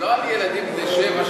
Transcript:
אבל לא על ילדים בני שבע,